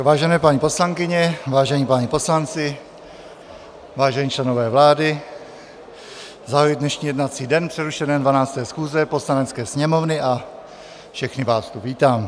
Vážené paní poslankyně, vážení páni poslanci, vážení členové vlády, zahajuji dnešní jednací den přerušené 12. schůze Poslanecké sněmovny a všechny vás tu vítám.